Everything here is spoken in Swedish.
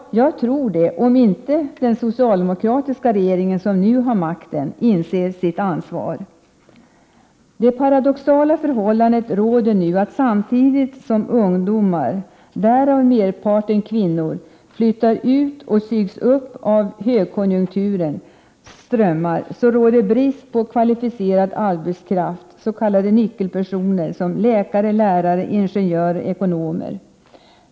Jag tror att det blir så, om inte den socialdemokratiska regering som nu har makten inser sitt ansvar. Det paradoxala förhållandet råder nu att det, samtidigt som ungdomar, därav merparten kvinnor, flyttar ut och sugs upp av högkonjunkturens strömmar, råder brist på kvalificerad arbetskraft, s.k. nyckelpersoner, som läkare, lärare, ingenjörer och ekonomer.